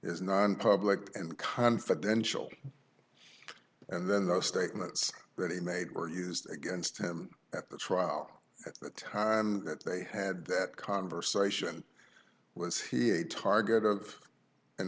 is nonpublic and confidential and then the statements that he made were used against him at the trial at the time that they had that conversation was he a target of an